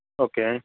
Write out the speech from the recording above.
okay